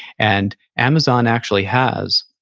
and amazon actually has.